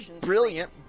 brilliant